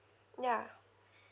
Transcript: ya